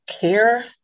care